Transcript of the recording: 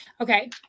Okay